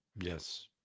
yes